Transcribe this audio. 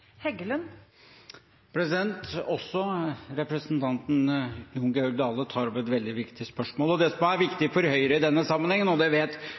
Også representanten Jon Georg Dale tar opp et veldig viktig spørsmål. Dette er viktig for Høyre i denne sammenhengen, og det vet